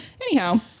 Anyhow